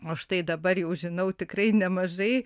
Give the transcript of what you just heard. o štai dabar jau žinau tikrai nemažai